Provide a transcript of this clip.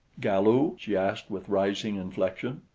galu? she asked with rising inflection.